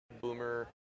boomer